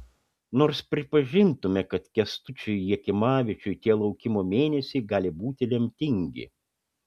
nors pripažintume kad kęstučiui jakimavičiui tie laukimo mėnesiai gali būti lemtingi